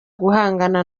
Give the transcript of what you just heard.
guhangana